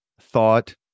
thought